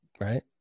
Right